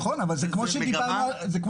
זו מגמה.